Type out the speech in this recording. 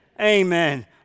Amen